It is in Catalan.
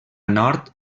nord